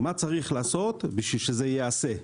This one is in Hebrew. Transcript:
מה צריך לעשות בשביל שזה ייעשה.